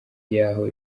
y’aho